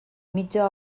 mitja